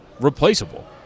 replaceable